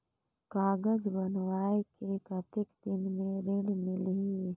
कागज बनवाय के कतेक दिन मे ऋण मिलही?